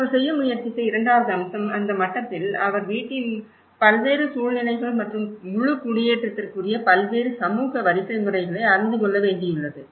நாங்கள் செய்ய முயற்சித்த இரண்டாவது அம்சம் அந்த மட்டத்தில் அவர் வீட்டின் பல்வேறு சூல்நிலைகள் மற்றும் முழு குடியேற்றத்திற்குரிய பல்வேறு சமூக வரிசைமுறைகளை அறிந்து கொள்ள வேண்டியுள்ளது